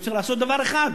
הוא צריך לעשות דבר אחד,